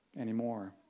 anymore